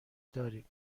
داریم